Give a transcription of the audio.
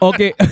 Okay